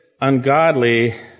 ungodly